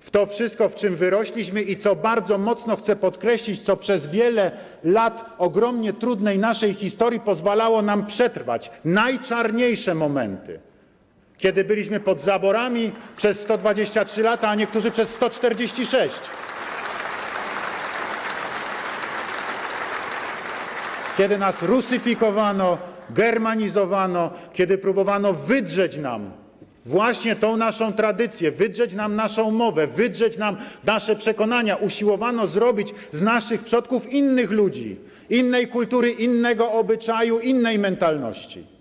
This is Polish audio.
w to wszytko, w czym wyrośliśmy i co - bardzo mocno chcę to podkreślić - przez wiele lat naszej ogromnie trudnej historii pozwalało nam przetrwać najczarniejsze momenty, kiedy byliśmy pod zaborami przez 123 lata, a niektórzy przez 146, kiedy nas rusyfikowano, germanizowano, kiedy próbowano wydrzeć nam właśnie tę naszą tradycję, wydrzeć nam naszą mowę, wydrzeć nam nasze przekonania, usiłowano zrobić z naszych przodków innych ludzi, innej kultury, innego obyczaju, innej mentalności.